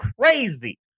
crazy